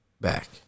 back